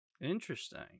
Interesting